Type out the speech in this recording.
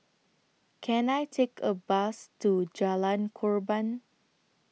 Can I Take A Bus to Jalan Korban